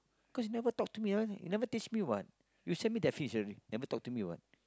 cause you never talk to me ah you never teach me [what] you send me the fish already never talk to me [what]